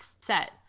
set